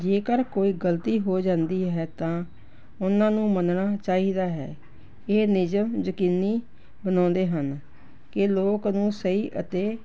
ਜੇਕਰ ਕੋਈ ਗਲਤੀ ਹੋ ਜਾਂਦੀ ਹੈ ਤਾਂ ਉਹਨਾਂ ਨੂੰ ਮੰਨਣਾ ਚਾਹੀਦਾ ਹੈ ਇਹ ਨਿਯਮ ਯਕੀਨੀ ਬਣਾਉਂਦੇ ਹਨ ਕਿ ਲੋਕ ਨੂੰ ਸਹੀ ਅਤੇ